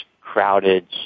crowded